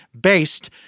based –